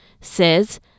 says